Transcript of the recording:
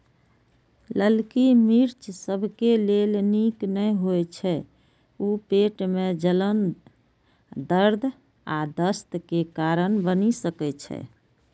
ललकी मिर्च सबके लेल नीक नै होइ छै, ऊ पेट मे जलन, दर्द आ दस्त के कारण बनि सकै छै